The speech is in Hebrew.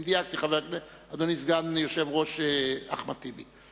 אדוני סגן היושב-ראש אחמד טיבי,